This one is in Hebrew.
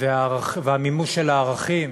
והמימוש של הערכים